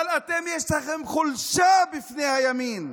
אבל אתם, יש לכם חולשה בפני הימין.